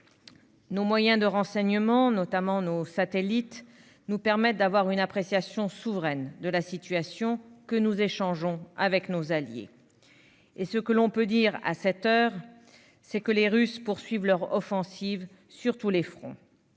Nos moyens de renseignement, notamment nos satellites, nous permettent d'avoir une appréciation souveraine de la situation, que nous communiquons bien sûr à nos alliés. Ce que l'on peut dire à cette heure, c'est que les Russes poursuivent leur offensive sur tous les fronts